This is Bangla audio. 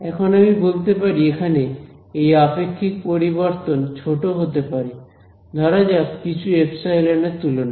এখন আমি বলতে পারি এখানে এই আপেক্ষিক পরিবর্তন ছোট হতে পারে ধরা যাক কিছু এপসাইলন এর তুলনায়